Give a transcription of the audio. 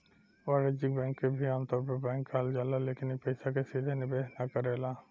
वाणिज्यिक बैंक के भी आमतौर पर बैंक कहल जाला लेकिन इ पइसा के सीधे निवेश ना करेला